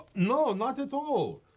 no, not at all.